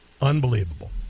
Unbelievable